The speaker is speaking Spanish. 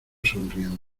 sonriendo